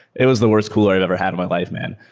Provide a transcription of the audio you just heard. it was the worst cooler i've ever had in my life, man.